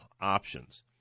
options